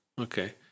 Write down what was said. Okay